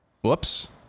Whoops